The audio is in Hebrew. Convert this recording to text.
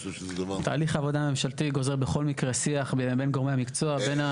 תהליך עבודה ממשלתי גוזר בכל מקרה שיח בין גורמי המקצוע.